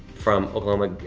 from oklahoma,